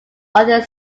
other